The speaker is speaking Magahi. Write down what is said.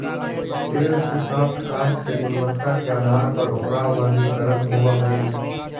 पेड़ से प्राप्त काष्ठ के गुणवत्ता के आधार पर ओकरा वर्गीकरण होवऽ हई